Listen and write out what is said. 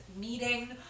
meeting